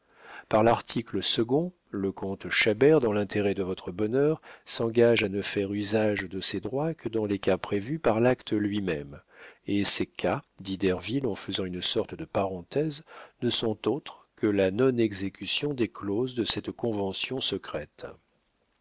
par l'article second le comte chabert dans l'intérêt de votre bonheur s'engage à ne faire usage de ses droits que dans les cas prévus par l'acte lui-même et ces cas dit derville en faisant une sorte de parenthèse ne sont autres que la non exécution des clauses de cette convention secrète